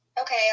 okay